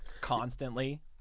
constantly